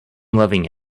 loving